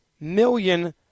million